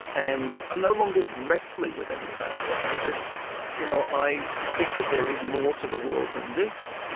and i'm no longer wrestling with any of that stuff, because you know i think that there is more to the world than this,